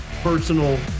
personal